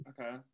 Okay